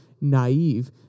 naive